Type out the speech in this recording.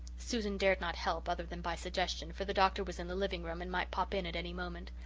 susan dared not help, other than by suggestion, for the doctor was in the living-room and might pop in at any moment.